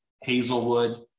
Hazelwood